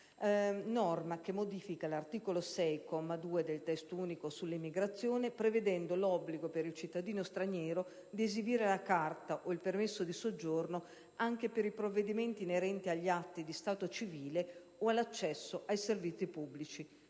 norma che modifica l'articolo 6, comma 2, del Testo unico sull'immigrazione, prevedendo l'obbligo per il cittadino straniero di esibire la carta o il permesso di soggiorno anche per i provvedimenti inerenti agli atti di stato civile o all'accesso ai servizi pubblici,